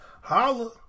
Holla